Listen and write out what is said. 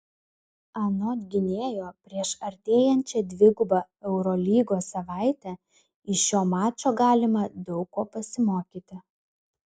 anot gynėjo prieš artėjančią dvigubą eurolygos savaitę iš šio mačo galima daug ko pasimokyti